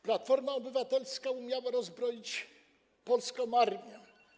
Platforma Obywatelska umiała rozbroić Polską armię.